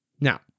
Now